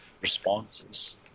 responses